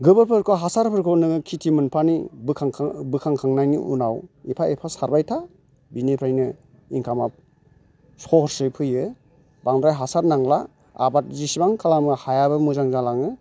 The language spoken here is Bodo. गोबोरफोरखौ हासारफोरखौ नोङो खिथि मोनफानि बोखांखां बोखांखांनायनि उनाव एफा एफा सारबाय था बिनिफ्राइनो इनकामा सह'सै फैयो बांद्राय हासार नांला आबाद जिसिबां खालामो हायाबो मोजां जालाङो